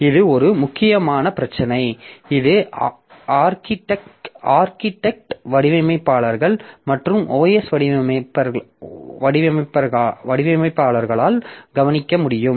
இது ஒரு மிக முக்கியமான பிரச்சினை இது ஆர்க்கிடெக்ட் வடிவமைப்பாளர்கள் மற்றும் OS வடிவமைப்பாளர்களால் கவனிக்கப்பட வேண்டும்